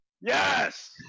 Yes